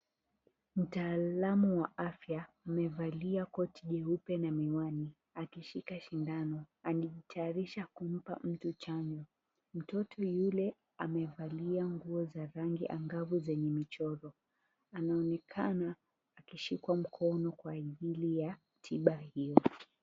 Mtaalamu wa afya amevalia koti jeupe na miwani akishika shindano. Anajitayarisha kumpa mtu chanjo. Mtoto yule amevalia nguo za rangi angavu zenye michoro, anaonekana akishikwa mkono kwa ajili ya tiba hiyo.